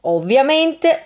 ovviamente